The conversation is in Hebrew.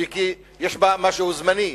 יש בה משהו זמני,